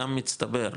גם מצטבר,